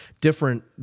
different